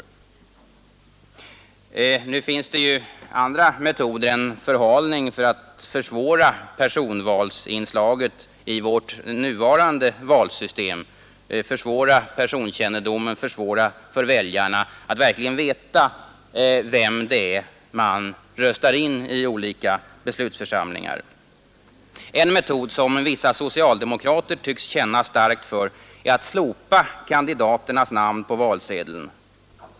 22 november 1972 Nu finns det ju andra metoder än förhalning för att försvåra ———— Ökat inslag av per personvalsinslaget i vårt nuvarande valsystem, för att försvåra personss sonval i valsystemet kännedomen, försvåra för väljarna att verkligen veta vem de röstar in i olika beslutsförsamlingar. En metod som vissa socialdemokrater tycks känna starkt för är att slopa kandidaternas namn på valsedeln.